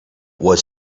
was